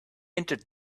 entered